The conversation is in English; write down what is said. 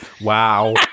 Wow